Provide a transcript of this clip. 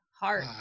heart